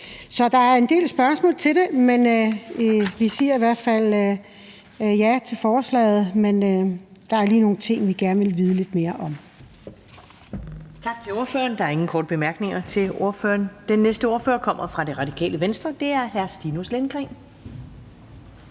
Så der er en del spørgsmål til det, men vi siger i hvert fald ja til forslaget, selv om der lige er nogle ting, vi gerne vil vide lidt mere om.